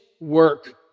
work